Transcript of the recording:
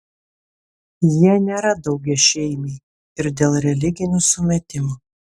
jie nėra daugiašeimiai ir dėl religinių sumetimų